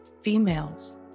females